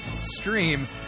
stream